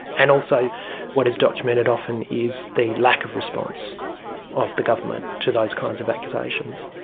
and also what is documented often is the lack of response of the government to those kinds of accusations.